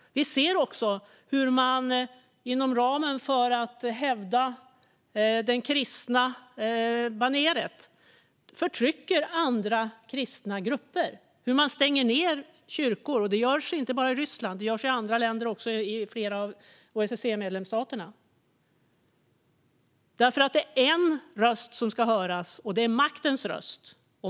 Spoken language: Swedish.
Vi ser också hur man med det kristna baneret förtrycker andra kristna grupper. Man stänger kyrkor, och det sker inte bara i Ryssland utan också i flera andra av OSSE-medlemsstaterna. Man vill att bara en röst ska höras, och det är maktens röst.